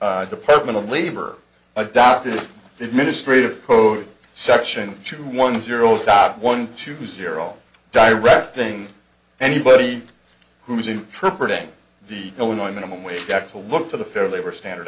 department of labor adopted the ministry of code section two one zero stop one two zero direct thing anybody who is in trip or day the illinois minimum wage to look to the fair labor standard